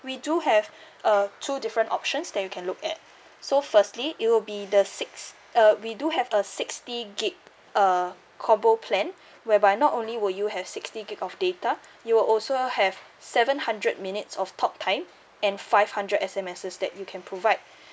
we do have uh two different options that you can look at so firstly it will be the six uh we do have a sixty gig uh combo plan whereby not only will you have sixty gig of data you will also have seven hundred minutes of talk time and five hundred S_M_S that you can provide